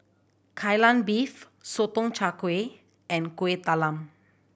Kai Lan Beef Sotong Char Kway and Kueh Talam